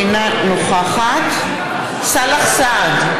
אינה נוכחת סאלח סעד,